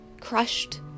crushed